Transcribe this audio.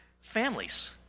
families